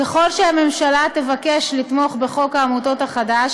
ככל שהממשלה תבקש לתמוך בחוק העמותות החדש,